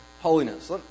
holiness